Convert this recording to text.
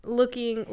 looking